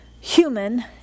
human